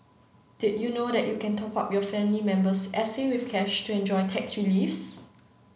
did you know that you can top up your family member's S A with cash to enjoy tax reliefs